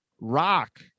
Rock